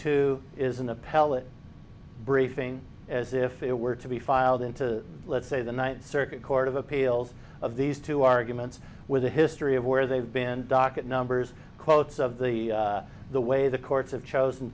two is an appellate briefing as if it were to be filed in to let's say the ninth circuit court of appeals of these two arguments with a history of where they've been docket numbers quotes of the the way the courts have chosen